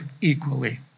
equally